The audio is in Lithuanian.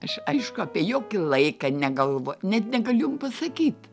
aš aišku apie jokį laiką negalvo net negaliu jum pasakyt